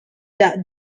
that